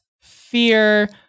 fear